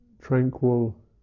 tranquil